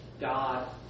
God